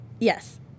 Yes